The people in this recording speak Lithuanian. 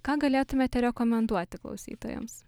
ką galėtumėte rekomenduoti klausytojams